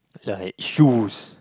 like shoes